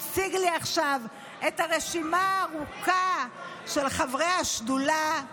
הציג לי עכשיו את הרשימה הארוכה של חברי השדולה.